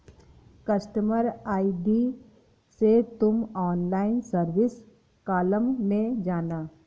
customer ID से तुम online service column में जाना